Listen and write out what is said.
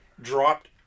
dropped